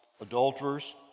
adulterers